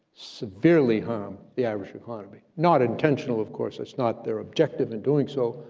severely harm the irish economy, not intentional of course. it's not their objective in doing so,